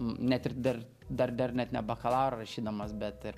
net ir dar dar dar net ne bakalaurą rašydamas bet ir